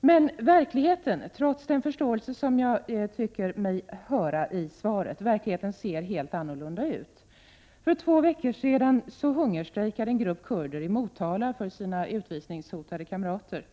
Men verkligheten — trots den förståelse som jag tycker mig finna i svaret — ser helt annorlunda ut. För två veckor sedan hungerstrejkade en grupp kurder i Motala för sina utvisningshotade kamrater.